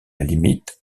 limite